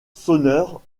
sonneurs